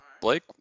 Blake